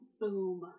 boom